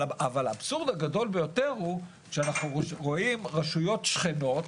אבל האבסורד הגדול ביותר הוא כשאנחנו רואים רשויות שכנות,